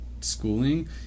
schooling